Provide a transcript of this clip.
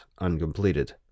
uncompleted